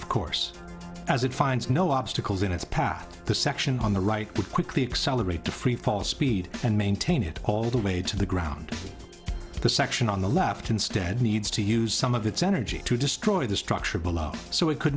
of course as it finds no obstacles in its path the section on the right would quickly accelerate to freefall speed and maintain it all the way to the ground the section on the left instead needs to use some of its energy to destroy the structure below so it could